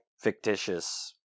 fictitious